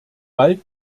bald